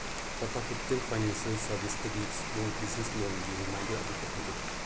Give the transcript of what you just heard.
ꯇꯇꯥ capital financial services ꯇꯒꯤ small business ꯂꯣꯟꯒꯤ reminder ꯑꯗꯨ ꯀꯛꯊꯠꯂꯨ